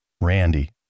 Randy